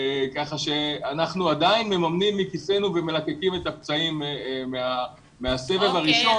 אנחנו עדיין מממנים מכיסנו ומלקקים את הפצעים מהסבב הראשון